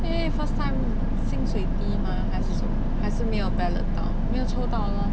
因为 first time 薪水低 mah 还是什么还是沒有 ballot 到没有抽到 lor